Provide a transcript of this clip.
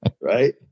Right